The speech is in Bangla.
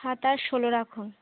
হাতা ষোলো রাখুন